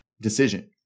decision